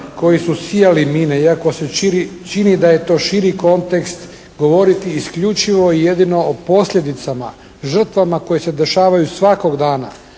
koji su sijali mine, iako se čini da je to širi kontekst govoriti isključivo i jedino o posljedicama, žrtvama koje se dešavaju svakog dana,